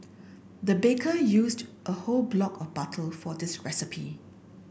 the baker used a whole block of butter for this recipe